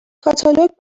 کاتالوگ